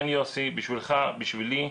כן, יוסי, בשבילך, בשבילי,